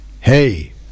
Hey